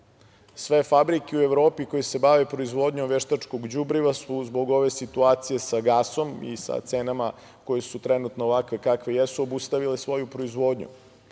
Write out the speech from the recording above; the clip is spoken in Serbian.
Sve fabrike u Evropi koje se bave proizvodnjom veštačkog đubriva su zbog ove situacije sa gasom i sa cenama, koje su trenutno ovakve kakve jesu, obustavile svoju proizvodnju.